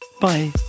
Bye